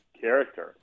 character